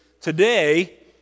today